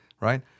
right